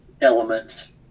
elements